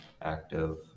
active